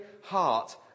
heart